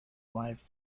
wife